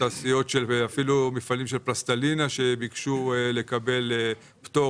מפעלים של פלסטלינה שביקשו לקבל פטור